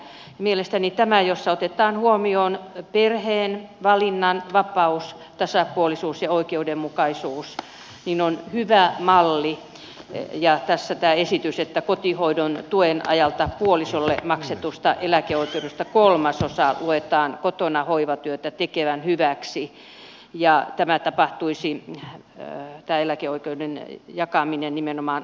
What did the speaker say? mielestäni tämä on hyvä malli jossa otetaan huomioon perheen valinnanvapaus tasapuolisuus ja oikeudenmukaisuus ja niin kuin edustaja jääskeläinen tuossa totesi tämän esityksen että kotihoidon tuen ajalta puolisolle maksetusta eläkeoikeudesta kolmasosa luetaan kotona hoivatyötä tekevän hyväksi ja tämä eläkeoikeuden jakaminen tapahtuisi nimenomaan